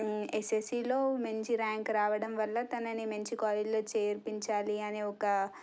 ఎస్ఎస్సీలో మంచి ర్యాంక్ రావటం వల్ల తనని మంచి కాలేజీలో చేర్పించాలి అని ఒక